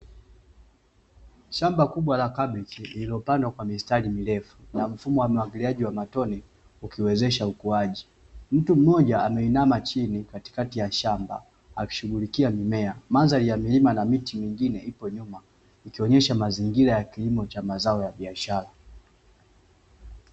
Shamba kubwa la kabichi, lililopandwa kwa mistari mirefu na mfumo wa umwagiliaji wa matone ukiwezesha ukuaji. Mtu mmoja ameinama chini katikati ya shamba akishughulikia mimea, mandhari ya milima na miti mingine ipo nyuma, ikionyesha mazingira ya kilimo cha mazao ya biashara.